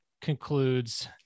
concludes